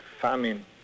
famine